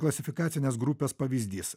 klasifikacinės grupės pavyzdys